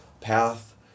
path